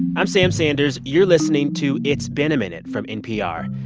i'm sam sanders. you're listening to it's been a minute from npr.